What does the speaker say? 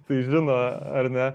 tai žino ar ne